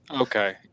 okay